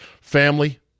family